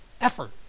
effort